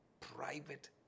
private